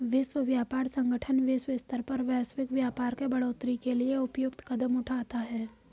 विश्व व्यापार संगठन विश्व स्तर पर वैश्विक व्यापार के बढ़ोतरी के लिए उपयुक्त कदम उठाता है